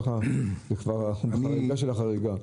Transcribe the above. כי אנחנו כבר בחריגה של החריגה.